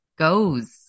goes